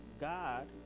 God